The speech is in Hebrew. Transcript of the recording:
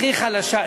הכי חלשה,